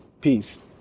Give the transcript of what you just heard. peace